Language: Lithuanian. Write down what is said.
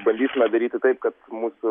bandytume daryti taip kad mūsų